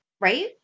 right